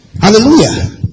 Hallelujah